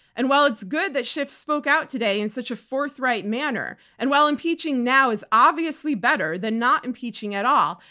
and while it's good that schiff spoke out today in such a forthright manner, and while impeaching now is obviously better than not impeaching at all,